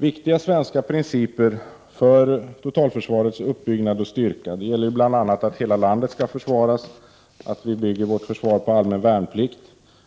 Viktiga svenska principer för totalförsvarets uppbyggnad och styrka är bl.a. att hela landet skall försvaras, att vi bygger vårt försvar på allmän värnplikt,